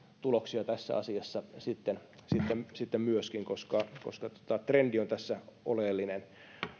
tuloksia tässä asiassa sitten sitten myöskin koska koska trendi on tässä oleellinen